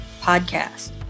podcast